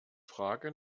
frage